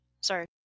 Sorry